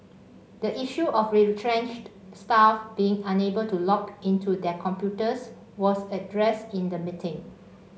the issue of retrenched staff being unable to log into their computers was addressed in the meeting